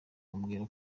amubwira